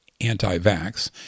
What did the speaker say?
anti-vax